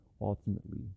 Ultimately